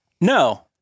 No